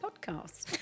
podcast